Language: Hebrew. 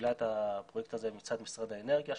שמובילה את הפרויקט הזה מצד משרד האנרגיה,